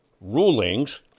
rulings